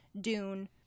Dune